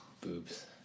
boobs